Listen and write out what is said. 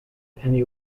penny